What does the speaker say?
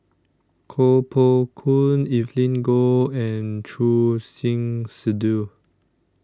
Koh Poh Koon Evelyn Goh and Choor Singh Sidhu